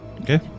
Okay